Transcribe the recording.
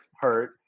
hurt